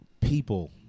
People